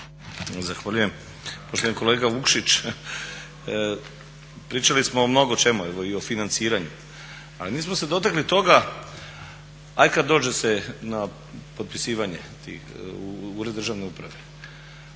Zahvaljujem. Poštovani kolega Vukšić, pričali smo o mnogo čemu, evo i o financiranju, ali nismo se dotakli toga, ajd kad dođe se na potpisivanje u Ured državne uprave,